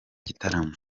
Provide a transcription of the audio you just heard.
gitaramo